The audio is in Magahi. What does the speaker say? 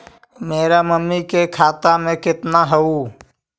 मेरा मामी के खाता में कितना हूउ?